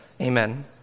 Amen